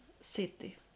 city